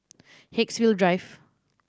Haigsville Drive